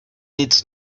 needs